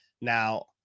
now